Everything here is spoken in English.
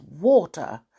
water